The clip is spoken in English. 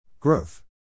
Growth